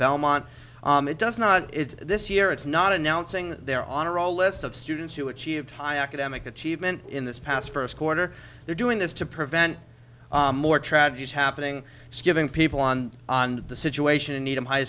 belmont it does not it's this year it's not announcing they're on a roll list of students to achieve high academic achievement in this past first quarter they're doing this to prevent more tragedies happening giving people on the situation in need of high